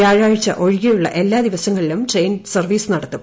വ്യാഴാഴ്ച ഒഴികെയുള്ള എല്ലാ ദിവസങ്ങളിലും ട്രെയിൻ സർവ്വീസ് നടത്തും